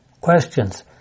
questions